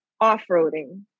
off-roading